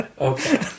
Okay